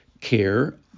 care